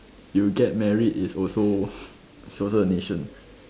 you get married is also is also the nation